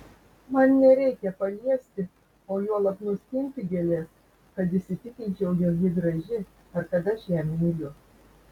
man nereikia paliesti o juolab nuskinti gėlės kad įsitikinčiau jog ji graži ar kad aš ją myliu